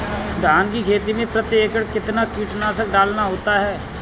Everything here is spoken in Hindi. धान की खेती में प्रति एकड़ कितना कीटनाशक डालना होता है?